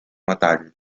metall